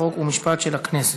חוק ומשפט של הכנסת.